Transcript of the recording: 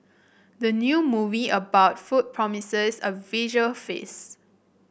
the new movie about food promises a visual feast